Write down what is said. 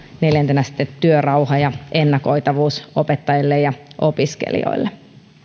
neljäntenä sitten työrauha ja ennakoitavuus opettajille ja opiskelijoille